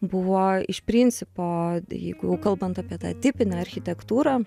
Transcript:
buvo iš principo jeigu kalbant apie tą tipinę architektūrą